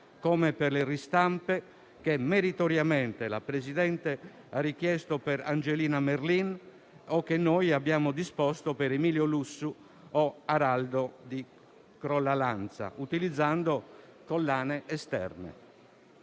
come per le ristampe che meritoriamente la Presidente ha richiesto per Angelina Merlin o che noi abbiamo disposto per Emilio Lussu o Araldo di Crollalanza, utilizzando collane esterne.